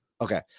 Okay